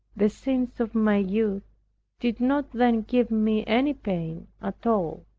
the sins of my youth did not then give me any pain at all.